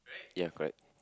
ya correct